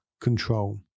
control